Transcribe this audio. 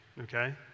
Okay